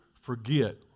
forget